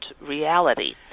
reality